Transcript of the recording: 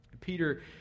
Peter